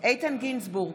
איתן גינזבורג,